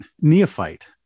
neophyte